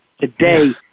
Today